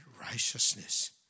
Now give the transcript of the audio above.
righteousness